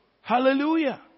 Hallelujah